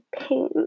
pain